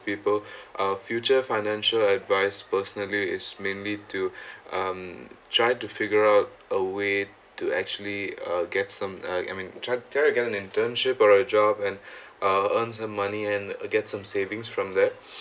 people uh future financial advice personally is mainly to um try to figure out a way to actually uh get some uh I mean try~ trying to get an internship or a job and uh earns her money and uh get some savings from that